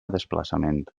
desplaçament